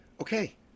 Okay